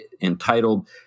entitled